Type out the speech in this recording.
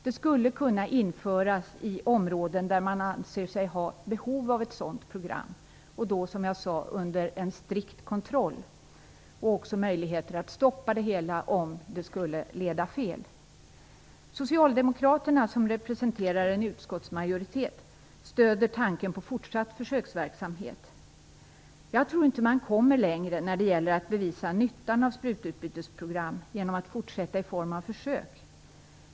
Det skulle kunna införas i områden där man anser sig ha behov av ett sådant program; under strikt kontroll och med möjligheter att stoppa det hela om det skulle leda fel. Socialdemokraterna, som representerar utskottsmajoriteten, stöder tanken på en fortsatt försöksverksamhet. Jag tror inte att man, när det gäller att bevisa nyttan av sprututbytesprogram, kommer längre genom att fortsätta i form av försök.